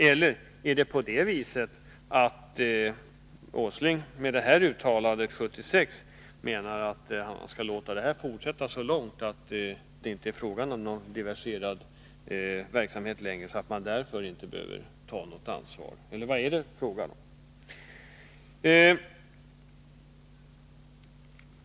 Eller är det på det viset att Nils Åsling med uttalandet 1976 menar att utvecklingen skall få gå så långt att det sedan inte längre blir fråga om någon diversifierad verksamhet och så att det inte längre behöver tas något ansvar? Eller vad är det fråga om?